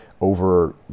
over